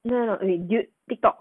no no no dude TikTok